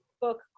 book